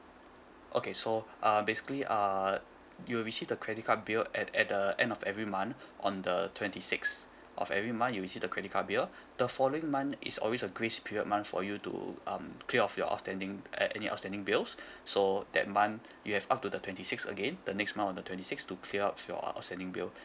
okay so uh basically err you will receive the credit card bill at at the end of every month on the twenty six of every month you'll receive the credit card bill the following month is always a grace period month for you to um clear off your outstanding a~ any outstanding bills so that month you have up to the twenty six again the next month on the twenty six to clear ups your uh outstanding bill